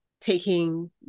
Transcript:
taking